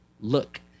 look